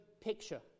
picture